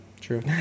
true